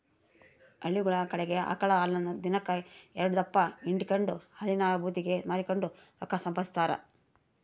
ಹಳ್ಳಿಗುಳ ಕಡಿಗೆ ಆಕಳ ಹಾಲನ್ನ ದಿನಕ್ ಎಲ್ಡುದಪ್ಪ ಹಿಂಡಿಕೆಂಡು ಹಾಲಿನ ಭೂತಿಗೆ ಮಾರಿಕೆಂಡು ರೊಕ್ಕ ಸಂಪಾದಿಸ್ತಾರ